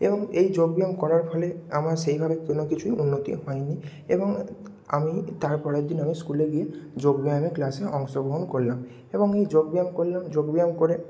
এবং এই যোগব্যায়াম করার ফলে আমার সেইভাবে কোনো কিছুই উন্নতি হয়নি এবং আমি তারপরের দিন আমি স্কুলে গিয়ে যোগব্যায়ামে ক্লাসে অংশগ্রহণ করলাম এবং এই যোগব্যায়াম করলাম যোগব্যায়াম করে